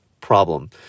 problem